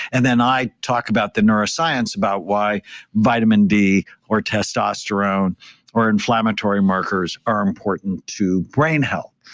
and then, i talked about the neuroscience about why vitamin d or testosterone or inflammatory markers are important to brain health.